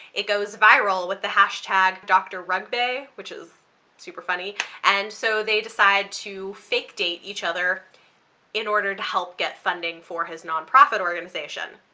it goes viral with the hashtag drrugbae which is super funny and so they decide to fake date each other in order to help get funding for his non-profit organization.